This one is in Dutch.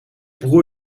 broer